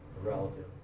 relative